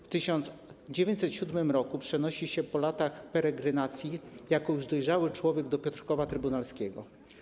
W 1907 r. przeniósł się po latach peregrynacji, jako już dojrzały człowiek do Piotrkowa Trybunalskiego.